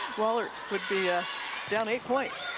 wahlert would be ah down eight points.